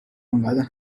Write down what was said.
آنقدر